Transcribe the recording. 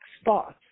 spots